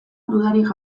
dudarik